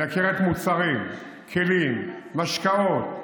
מייקרת מוצרים, כלים, משקאות,